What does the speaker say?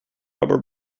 rubber